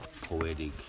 Poetic